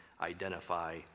Identify